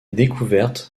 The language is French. découverte